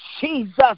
Jesus